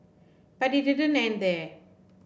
but it didn't end there